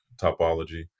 topology